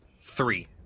three